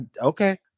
okay